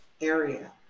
area